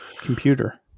computer